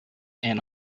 and